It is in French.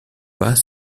pas